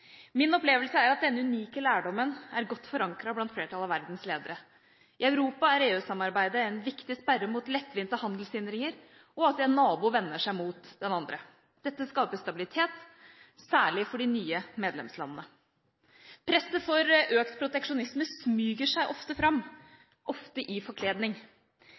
Min opplevelse er at denne unike lærdommen er godt forankret blant flertallet av verdens ledere. I Europa er EU-samarbeidet en viktig sperre mot lettvinte handelshindringer, og at en nabo vender seg mot den andre. Dette skaper stabilitet, særlig for de nye medlemslandene. Presset for økt proteksjonisme smyger seg ofte fram, ofte i forkledning.